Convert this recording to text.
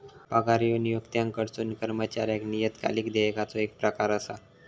पगार ह्यो नियोक्त्याकडसून कर्मचाऱ्याक नियतकालिक देयकाचो येक प्रकार असा